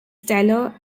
stellar